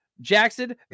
Jackson